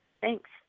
Thanks